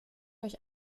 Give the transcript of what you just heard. durch